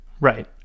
right